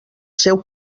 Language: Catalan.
seu